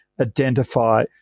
identify